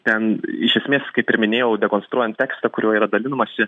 ten iš esmės kaip ir minėjau dekonstruojant tekstą kuriuo yra dalinamasi